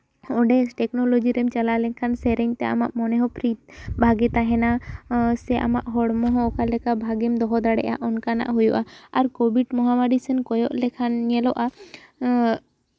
ᱚᱸᱰᱮ ᱴᱮᱠᱱᱳᱞᱚᱡᱤ ᱨᱮᱢ ᱪᱟᱞᱟᱣ ᱞᱮᱱᱠᱷᱟᱱ ᱥᱮᱨᱮᱧ ᱛᱮ ᱟᱢᱟᱜ ᱢᱚᱱᱮ ᱦᱚᱸ ᱵᱷᱟᱜᱮ ᱛᱟᱦᱮᱱᱟ ᱥᱮ ᱟᱢᱟᱜ ᱦᱚᱲᱢᱚ ᱦᱚᱸ ᱚᱠᱟ ᱞᱮᱠᱟ ᱵᱷᱟᱹᱜᱤᱢ ᱫᱚᱦᱚ ᱫᱟᱲᱮᱭᱟᱜᱼᱟ ᱚᱱᱠᱟᱱᱟᱜ ᱦᱳᱭᱳᱜᱼᱟ ᱟᱨ ᱠᱳᱵᱷᱤᱰ ᱢᱚᱦᱟᱢᱟᱨᱤ ᱥᱮᱱ ᱠᱚᱭᱚᱜ ᱞᱮᱠᱷᱟᱱ ᱧᱮᱞᱚᱜᱼᱟ